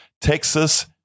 Texas